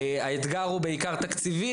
האתגר הוא בעיקר תקציבי,